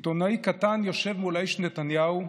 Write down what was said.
עיתונאי קטן יושב מול האיש נתניהו,